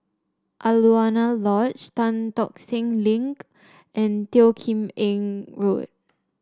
Alaunia Lodge Tan Tock Seng Link and Teo Kim Eng Road